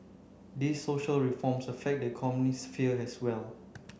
these social reforms affect the economic sphere as well